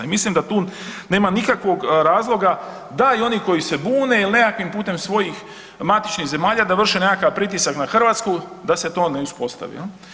I mislim da tu nema nikakvog razloga da i oni koji se bune ili nekakvim putem svojih matičnih zemalja da vrše nekakav pritisak na Hrvatsku da se to ne uspostavi.